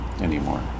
anymore